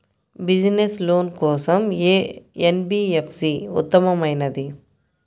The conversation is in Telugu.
బిజినెస్స్ లోన్ కోసం ఏ ఎన్.బీ.ఎఫ్.సి ఉత్తమమైనది?